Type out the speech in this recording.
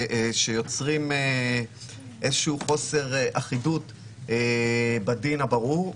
שיוצרות חוסר אחידות בדין הברור.